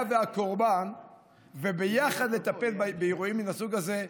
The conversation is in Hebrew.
והקורבן וביחד נטפל באירועים מן הסוג הזה,